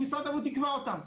שמשרד הבריאות יקבע אותם,